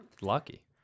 Lucky